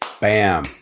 Bam